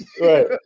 Right